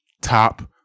top